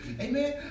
Amen